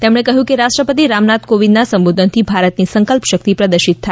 તેમણે કહ્યું કે રાષ્ટ્રપતિ રામનાથ કોવિંદના સંબોધનથી ભારતની સંકલ્પ શક્તિ પ્રદર્શિત થાય છે